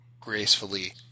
gracefully